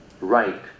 right